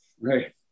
Right